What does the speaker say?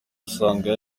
usanga